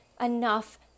enough